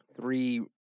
three